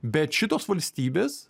bet šitos valstybės